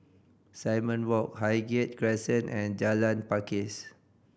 Simon Walk Highgate Crescent and Jalan Pakis